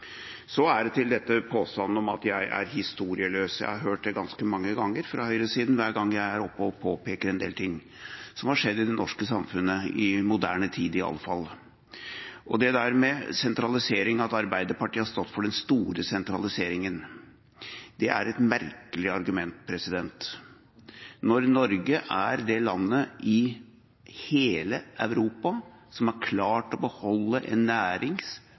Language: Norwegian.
Så til påstanden om at jeg er historieløs. Jeg har hørt det ganske mange ganger fra høyresiden – iallfall hver gang jeg er oppe og påpeker en del ting som har skjedd i det norske samfunnet i moderne tid – dette med sentralisering, at Arbeiderpartiet har stått for den store sentraliseringa. Det er et merkelig argument når Norge er det landet i hele Europa som har klart å beholde en nærings-,